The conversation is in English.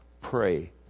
pray